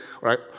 right